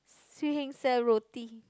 Swee Heng sell roti